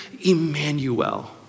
Emmanuel